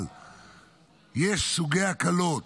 אבל יש סוגי הקלות,